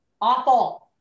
awful